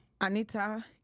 Anita